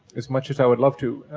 as much as i would love to.